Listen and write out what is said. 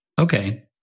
Okay